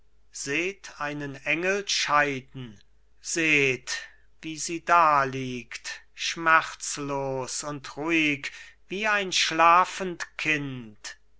seht einen engel scheiden seht wie sie daliegt schmerzlos und ruhig wie ein schlafend kind